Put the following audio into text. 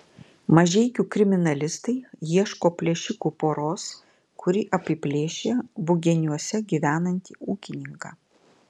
mažeikių kriminalistai ieško plėšikų poros kuri apiplėšė bugeniuose gyvenantį ūkininką